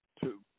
two